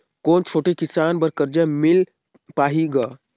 कौन छोटे किसान बर कर्जा मिल पाही ग?